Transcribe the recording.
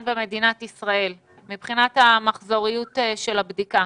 במדינת ישראל מבחינת מחזוריות הבדיקה?